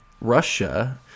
Russia